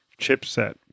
chipset